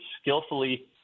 skillfully